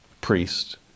priest